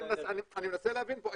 אני מנסה להבין פה,